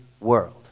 world